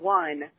one